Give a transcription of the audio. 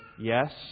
yes